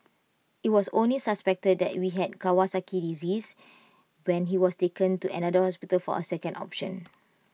IT was only suspected that he had Kawasaki disease when he was taken to another hospital for A second option